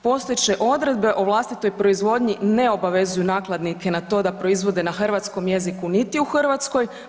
Postojeće odredbe o vlastitoj proizvodnji ne obavezuju nakladnike na to da proizvode na hrvatskom jeziku niti u Hrvatskoj.